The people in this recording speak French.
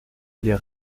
les